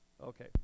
Okay